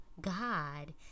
God